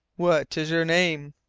what is your name?